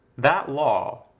that law,